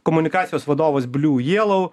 komunikacijos vadovas blu jelou